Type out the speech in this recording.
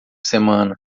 semana